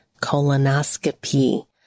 colonoscopy